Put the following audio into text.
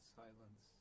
silence